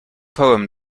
poem